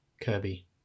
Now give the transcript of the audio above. Kirby